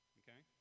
okay